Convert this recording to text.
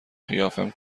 قیافم